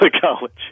college